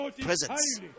presence